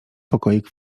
pokoik